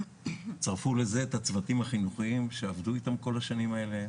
צרפו לזה את הצוותים החינוכיים שעבדו אתם כל השנים האלה,